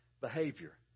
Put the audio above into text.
behavior